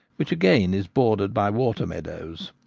which again is bordered by water-meadows.